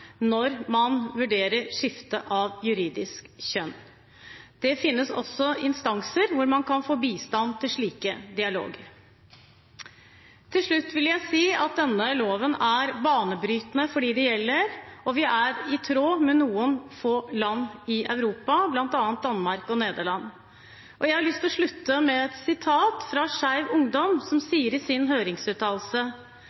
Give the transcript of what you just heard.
når man vurderer skifte av juridisk kjønn. Det finnes også instanser hvor man kan få bistand til slike dialoger. Til slutt vil jeg si at denne loven er banebrytende for dem det gjelder, og vi er på linje med noen få land i Europa, bl.a. Danmark og Nederland. Jeg har lyst å slutte med et sitat fra Skeiv Ungdom, som